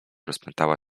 rozpętała